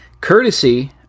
Courtesy